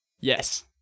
Yes